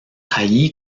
allí